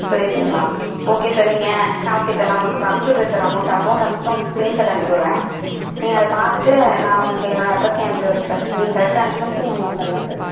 சுரேஷுங்களா okay sir நீங்கள் okay sir நான் உங்களுக்கு இப்போ அனுப்புச்சுவிட்டுறேன் சார் அமௌண்ட்ட அமௌண்ட்ட அனுப்புச்சுவிட்டு உங்களுக்கு ஸ்க்ரீன்சாட் அனுப்பிவிடுறேன் நீங்கள் அதை பார்த்துட்டு நான் உங்களுக்கு என்னோட அட்ரஸையும் அனுப்புச்சுவிடுறேங்க சார் நீங்கள் கரெட்டாக அஞ்சு மணிக்கு நீங்கள் அங்கே வந்துரலாம் சார்